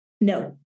No